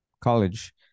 college